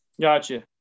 gotcha